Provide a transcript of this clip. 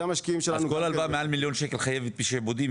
אז כל הלוואה מעל מיליון ₪ חייבת בשעבודים,